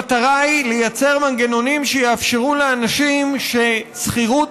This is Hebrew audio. המטרה היא לייצר מנגנונים שיאפשרו לאנשים ששכירות